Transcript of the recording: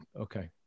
Okay